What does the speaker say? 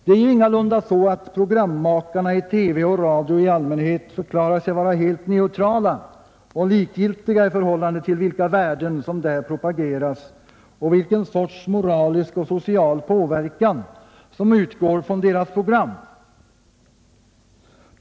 Det är ju ingalunda så, att programmakarna i TV och radio i allmänhet förklarar sig vara helt neutrala och likgiltiga i förhållande till vilka värden som där propageras och vilken sorts moralisk och social påverkan som utgår från deras program.